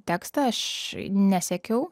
tekstą aš nesekiau